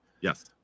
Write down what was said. Yes